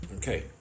Okay